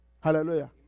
hallelujah